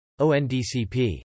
ONDCP